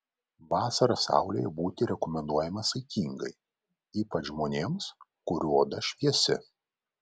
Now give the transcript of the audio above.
vasarą saulėje būti rekomenduojama saikingai ypač žmonėms kurių oda šviesi